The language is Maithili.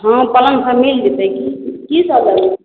हँ पलङ्ग पर मिल जेतै की की सब लबै